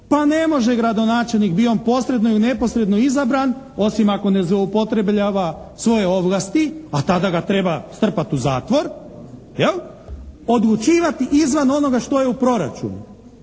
pa ne može gradonačelnik bio on posredno ili neposredno izabran osim ako ne zloupotrebljava svoje ovlasti a tada ga treba strpati u zatvor odlučivati izvan onoga što je u proračunu.